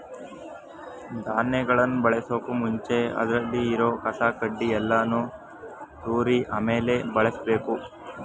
ಧಾನ್ಯಗಳನ್ ಬಳಸೋಕು ಮುಂಚೆ ಅದ್ರಲ್ಲಿ ಇರೋ ಕಸ ಕಡ್ಡಿ ಯಲ್ಲಾನು ತೂರಿ ಆಮೇಲೆ ಬಳುಸ್ಕೊಬೇಕು